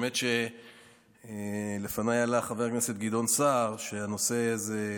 האמת שלפניי עלה חבר הכנסת גדעון סער בנושא הזה,